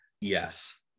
Yes